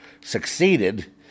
succeeded